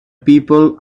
people